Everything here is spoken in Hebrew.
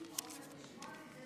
גברתי היושבת-ראש,